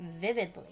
vividly